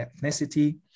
ethnicity